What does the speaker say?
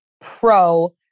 pro